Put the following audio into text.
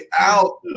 out